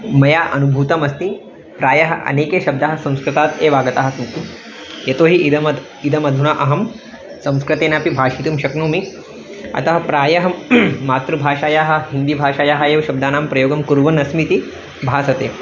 मया अनुभूतमस्ति प्रायः अनेके शब्दाः संस्कृतात् एव आगताः सन्ति यतो हि इदमिदम् इदमधुना अहं संस्कृतेनापि भाषितुं शक्नोमि अतः प्रायः मातृभाषायाः हिन्दीभाषायाः एव शब्दानां प्रयोगं कुर्वन् अस्मि इति भासते